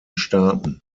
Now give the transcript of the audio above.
staaten